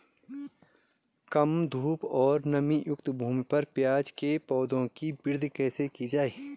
कम धूप और नमीयुक्त भूमि पर प्याज़ के पौधों की वृद्धि कैसे की जाए?